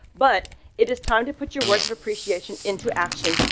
but it is time to put your words of appreciation into action.